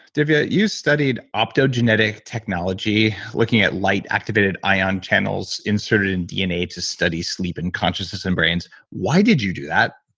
divya, you studied optogenetic technology looking at light activated ion channels inserted in dna to study sleeping consciousness and brains. why did you do that?